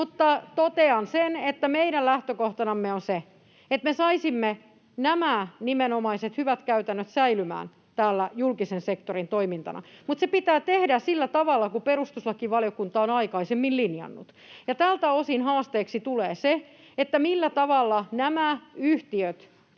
Mutta totean sen, että meidän lähtökohtanamme on se, että me saisimme nämä nimenomaiset hyvät käytännöt säilymään täällä julkisen sektorin toimintana, mutta se pitää tehdä sillä tavalla kuin perustuslakivaliokunta on aikaisemmin linjannut. Ja tältä osin haasteeksi tulee se, millä tavalla nämä yhtiöt ovat